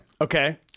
okay